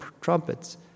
trumpets